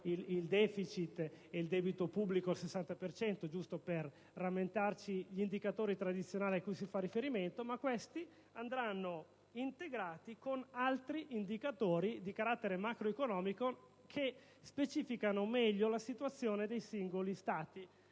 il deficit e il debito pubblico al 60 per cento, giusto per rammentare gli indicatori tradizionali cui si fa riferimento), ma questi andranno integrati con altri indicatori di carattere macroeconomico che specificano meglio la situazione dei singoli Stati